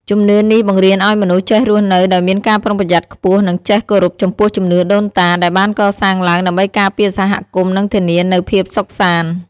ជំនឿនេះបង្រៀនឲ្យមនុស្សចេះរស់នៅដោយមានការប្រុងប្រយ័ត្នខ្ពស់ និងចេះគោរពចំពោះជំនឿដូនតា ដែលបានកសាងឡើងដើម្បីការពារសហគមន៍ និងធានានូវភាពសុខសាន្ត។